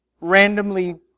randomly